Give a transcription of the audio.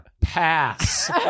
Pass